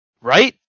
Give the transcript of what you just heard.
Right